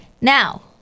Now